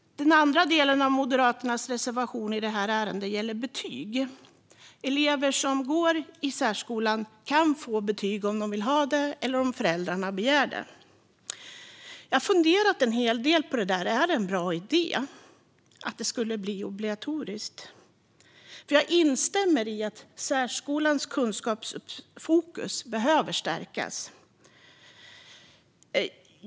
Den andra delen av Moderaternas reservation i ärendet gäller betyg. Elever som går i särskolan kan få betyg om de vill ha det eller om föräldrarna begär det. Jag har funderat en hel del på detta. Är det en bra idé att betyg skulle bli obligatoriska? Jag instämmer i att särskolans kunskapsfokus behöver stärkas.